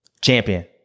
Champion